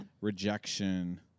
rejection